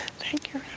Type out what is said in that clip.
thank you,